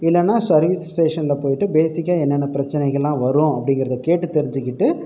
இல்லைனா சர்விஸ் ஸ்டேஷனில் போயிட்டு பேசிக்காக என்னென்ன பிரச்சனைகள்லாம் வரும் அப்படிங்கறத கேட்டு தெரிஞ்சிக்கிட்டு